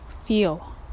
feel